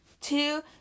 Two